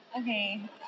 Okay